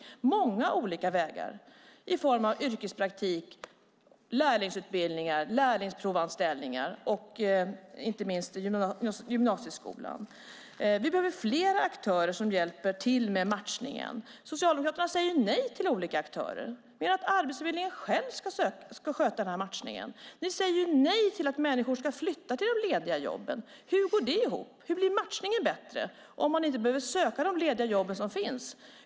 Vi behöver många olika vägar i form av yrkespraktik, lärlingsutbildningar, lärlingsprovanställningar och inte minst gymnasieskolan. Vi behöver flera aktörer som hjälper till med matchningen. Socialdemokraterna säger ju nej till olika aktörer. Ni vill att Arbetsförmedlingen ska sköta den här matchningen. Ni säger nej till att människor ska flytta till de lediga jobben. Hur går det ihop? Hur blir matchningen bättre om man inte behöver söka de lediga jobb som finns?